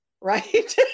Right